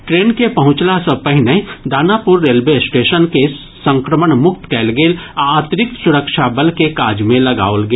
train के पहुंचला सँ पहिनहि दानापुर रेलवे स्टेशन के संक्रमण मुक्त कयल गेल आ अतिरिक्त सुरक्षा बल के काज मे लगाओल गेल